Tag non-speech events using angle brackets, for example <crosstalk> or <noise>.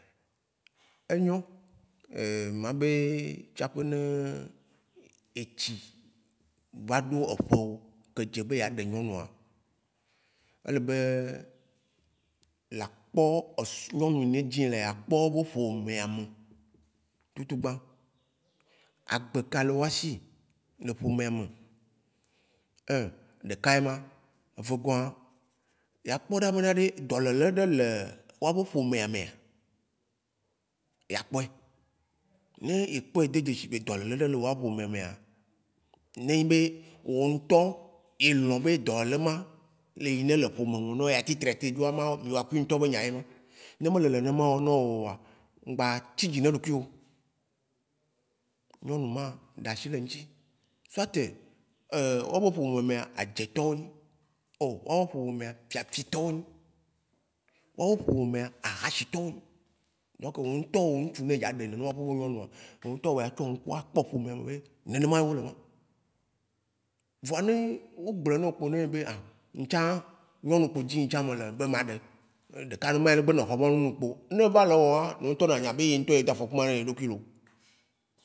Enyo <hesitation> ma be etsi va ɖo eƒe wu ke dze be ya ɖe nyɔnua, ele be la kpɔ esulɔ nune dzi lea akpɔ wa ƒomea me tutugbã. Agbe ka le washí le ƒome me un ɖeka ema, evegɔ̃a, ya kpɔna be na ɖe dɔlele le wa be ƒomea mea ya kpɔe. Ne ekpɔe de dzeshi be dɔlele ɖe le wa ƒomea mea, ne enyi be wo ŋtɔ elɔ̃ be dɔlele ma le yi ne le ƒomeo nao o ya ten traiter doa ma yua kui ŋtɔ be nya ema. Ne me le nene mao na woa, ŋgba tsi dzi na ɖokuio. Nyɔnu ma dashi ɖe ŋtsi. Soite, <hesitation> wa be ƒome mea adzetɔ̃ wo, o wa be ƒome mea fiafitɔ̃ wo, wa be ƒome mea ahãshitɔ̃ wo. Donc wo ŋtɔ wo ŋtsu nɛ a ɖe nene ma ƒe nyɔnua, wo ŋtɔ o la tsɔ ŋku, a kpɔ ku <unintelligible> Ne ne ma e wo le ma. Vɔa ne o gblɔe nao ne o be ŋtsã nyɔnu ke ŋtsi ŋtsã me le be ma ɖe ɖeka ne ma ye be nɔ mɔ nu kpo, no be alɔa wo ŋtɔ alɔ be ye ŋtɔ ye nye edafo kɔ ma ne edo kui lo.